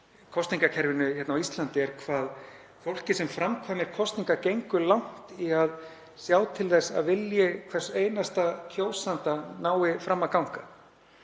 kosningakerfinu á Íslandi er hvað fólk sem framkvæmir kosningar gengur langt í að sjá til þess að vilji hvers einasta kjósanda nái fram að ganga.